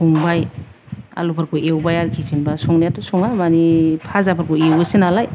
संबाय आलुफोरखौ एवबाय आरोखि जेनबा संनायाथ' सङा मानि फाजा फोरखौ एवोसो नालाय